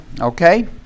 Okay